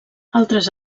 altres